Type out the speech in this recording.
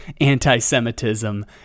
anti-Semitism